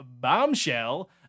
bombshell